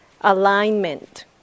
alignment